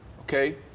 okay